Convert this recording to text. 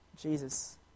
Jesus